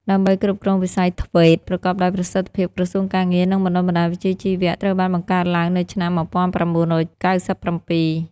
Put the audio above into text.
ដើម្បីគ្រប់គ្រងវិស័យ ធ្វេត TVET ប្រកបដោយប្រសិទ្ធភាពក្រសួងការងារ និងបណ្ដុះបណ្ដាលវិជ្ជាជីវៈ ត្រូវបានបង្កើតឡើងនៅឆ្នាំ ១៩៩៧។